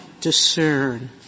discern